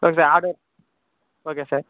okay order okay sir